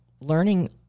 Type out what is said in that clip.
Learning